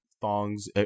thongs